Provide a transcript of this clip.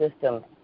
system